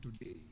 today